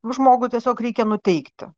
žmogų tiesiog reikia nuteikti